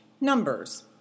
Numbers